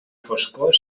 foscor